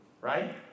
Right